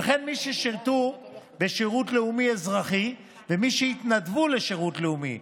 וכן מי ששירתו בשירות לאומי אזרחי ומי שהתנדבו לשירות לאומי.